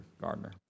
Gardner